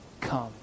come